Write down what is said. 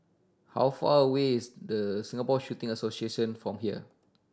how far away is Singapore Shooting Association from here